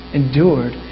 endured